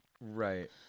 Right